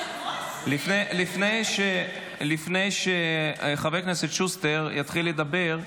לפני שחבר הכנסת שוסטר יתחיל לדבר,